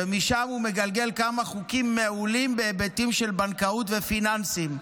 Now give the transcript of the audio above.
ומשם הוא מגלגל כמה חוקים מעולים בהיבטים של בנקאות ופיננסים.